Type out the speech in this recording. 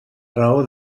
raó